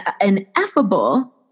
ineffable